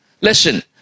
Listen